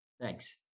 Thanks